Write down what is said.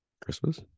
Christmas